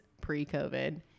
pre-COVID